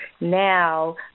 Now